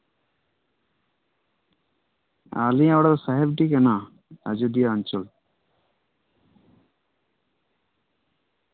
ᱟᱞᱤᱧᱟᱜ ᱚᱲᱟᱜ ᱫᱚ ᱥᱟᱦᱮᱵᱽᱰᱤ ᱠᱟᱱᱟ ᱟᱡᱚᱫᱤᱭᱟᱹ ᱚᱧᱪᱚᱞ